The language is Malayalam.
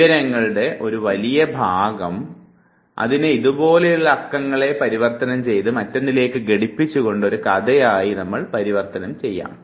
വിവരങ്ങളുടെ ഒരു വലിയ ഭാഗം അതിനെ ഇതുപോലെയുള്ള അക്കങ്ങളെ പരിവർത്തനം ചെയ്ത് മറ്റൊന്നിലേക്ക് ഘടിപ്പിച്ചുകൊണ്ട് ഒരു കഥയായി വീണ്ടും പരിവർത്തനം ചെയ്യുക